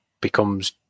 becomes